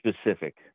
specific